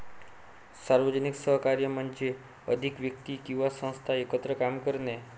सार्वजनिक सहकार्य म्हणजे अधिक व्यक्ती किंवा संस्था एकत्र काम करणे